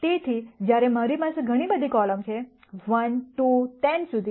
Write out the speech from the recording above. તેથી જ્યારે મારી પાસે અહીં ઘણી બધી કોલમ છે 1 2 10 સુધી